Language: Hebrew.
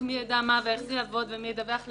מי יידע מה ואיך זה יעבוד ומי ידווח למי.